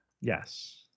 Yes